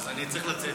אז אני צריך לצאת.